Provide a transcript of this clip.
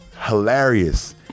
hilarious